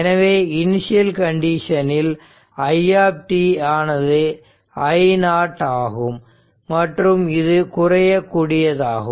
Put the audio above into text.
எனவே இனிஷியல் கண்டிஷனில் i ஆனது I0 ஆகும் மற்றும் இது குறைய கூடியதாகும்